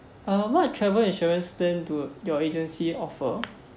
uh what travel insurance then do your agency offer